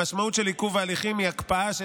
המשמעות של עיכוב ההליכים היא הקפאה של